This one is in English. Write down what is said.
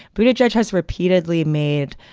but a judge has repeatedly made,